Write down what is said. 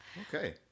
Okay